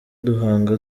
duhanga